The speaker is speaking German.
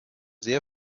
sehr